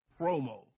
promo